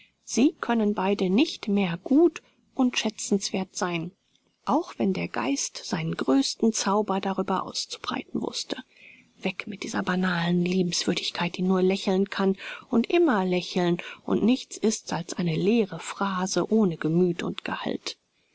sie können beide nicht mehr gut und schätzenswerth sein auch wenn der geist seinen größten zauber darüber auszubreiten wußte weg mit dieser banalen liebenswürdigkeit die nur lächeln kann und immer lächeln und nichts ist als eine leere phrase ohne gemüth und gehalt